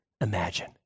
imagine